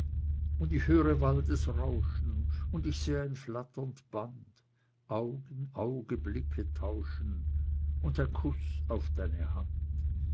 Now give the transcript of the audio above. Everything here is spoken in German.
und ich höre waldesrauschen und ich seh ein flatternd band aug in auge blicke tauschen und ein kuß auf deine hand